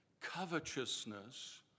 Covetousness